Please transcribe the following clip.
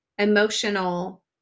emotional